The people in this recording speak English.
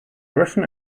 russian